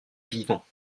vivant